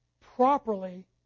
properly